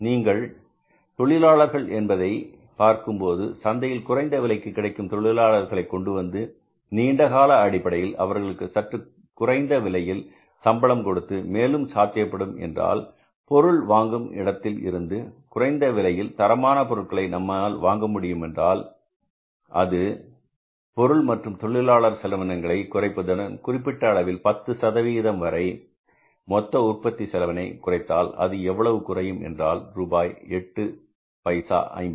நீங்கள் தொழிலாளர்கள் என்பதை பார்க்கும்போது சந்தையில் குறைந்த விலைக்கு கிடைக்கும் தொழிலாளர்களை கொண்டுவந்து நீண்டகால அடிப்படையில் அவர்களுக்கு சற்று குறைந்த விலையில் சம்பளம் கொடுத்து மேலும் சாத்தியப்படும் என்றால் பொருள் வாங்கும் இடத்திலிருந்து குறைந்த விலையில் தரமான பொருட்களை நம்மால் வாங்க முடியும் என்றால் அது பொருள் மற்றும் தொழிலாளர்கள் செலவினங்களை குறைப்பதுடன் குறிப்பிட்ட அளவில் 10 சதம் வரை மொத்த உற்பத்தி செலவினை குறைத்தால் அது எவ்வளவு குறையும் என்றால் ரூபாய் 8 பைசா 50